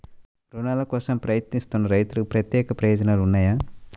రుణాల కోసం ప్రయత్నిస్తున్న రైతులకు ప్రత్యేక ప్రయోజనాలు ఉన్నాయా?